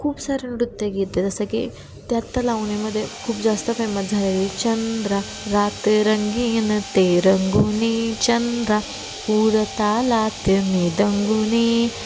खूप सारे नृत्य गीते जसं की ते आता लावणीमध्ये खूप जास्त फेमस झालेली चंद्रा रात रंगीन ते रंगुनी चंद्रा सूर तालात मी दंगुनी